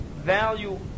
value